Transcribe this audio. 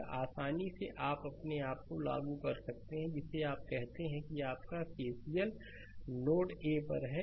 यह एक आसानी से आप अपने आप को लागू कर सकते हैं जिसे आप कहते हैं कि आपका केसीएल नोड नोड ए पर है